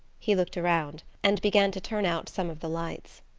he looked around, and began to turn out some of the lights.